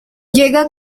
llega